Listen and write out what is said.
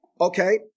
Okay